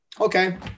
okay